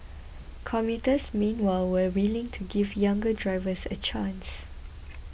commuters meanwhile were willing to give younger drivers a chance